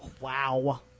Wow